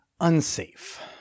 unsafe